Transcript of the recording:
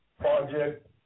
Project